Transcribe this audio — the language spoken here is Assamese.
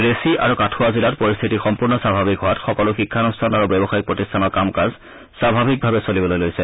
ৰেছি আৰু কাথুৱা জিলাত পৰিস্থিতি সম্পূৰ্ণ স্বাভাৱিক হোৱাত সকলো শিক্ষানুষ্ঠান আৰু ব্যৱসায়িক প্ৰতিষ্ঠানৰ কাম কাজ স্বাভাৱিকভাৱে চলিবলৈ লৈছে